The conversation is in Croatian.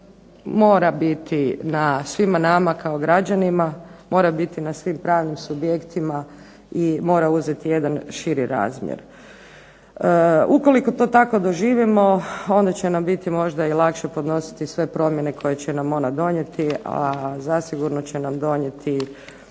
mora biti na svima nama kao građanima, mora biti na svim pravnim subjektima i mora uzeti jedan širi razmjer. Ukoliko to tako doživimo, onda će nam biti možda i lakše podnositi sve promjene koje će nam ona donijeti, a zasigurno će nam donijeti